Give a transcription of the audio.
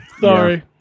Sorry